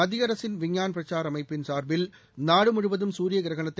மத்திய அரசின் விஞ்ஞான் பிரசார் அமைப்பின் சார்பில் நாடுமுழுவதும் சூரிய கிரகணத்தை